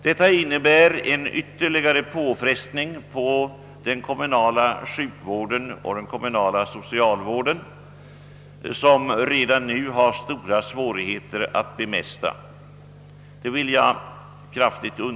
Detta innebär ytterligare påfrestning på den kommunala sjukvården och den kommunala socialvården, som redan nu har stora svårigheter att bemästra.